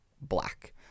black